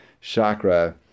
chakra